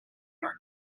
york